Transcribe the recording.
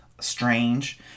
strange